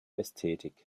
ästhetik